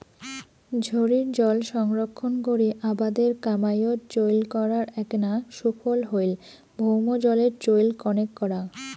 ঝড়ির জল সংরক্ষণ করি আবাদের কামাইয়ত চইল করার এ্যাকনা সুফল হইল ভৌমজলের চইল কণেক করা